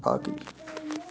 باقٕے